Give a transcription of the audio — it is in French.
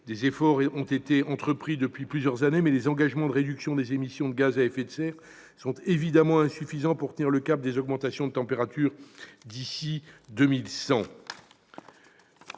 Des efforts ont été entrepris depuis plusieurs années, mais les engagements de réduction des émissions de gaz à effet de serre sont évidemment insuffisants pour tenir le cap de la limitation de l'augmentation des températures d'ici à 2100.